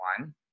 one